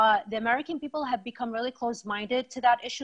האמריקאים הפכו לסגורים לנושאים האלה